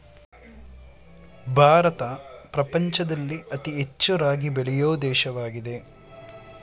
ಭಾರತ ಪ್ರಪಂಚದಲ್ಲಿ ಅತಿ ಹೆಚ್ಚು ರಾಗಿ ಬೆಳೆಯೊ ದೇಶವಾಗಿದೆ